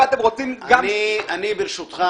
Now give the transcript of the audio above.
אני אומר לך,